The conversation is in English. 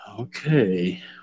Okay